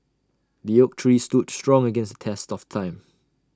the oak tree stood strong against the test of time